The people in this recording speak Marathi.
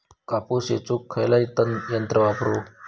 कापूस येचुक खयला यंत्र वापरू?